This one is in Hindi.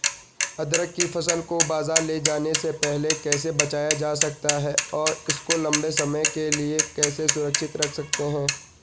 अदरक की फसल को बाज़ार ले जाने से पहले कैसे बचाया जा सकता है और इसको लंबे समय के लिए कैसे सुरक्षित रख सकते हैं?